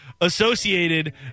associated